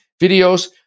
videos